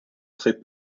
trait